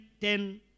ten